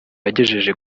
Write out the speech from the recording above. yagejeje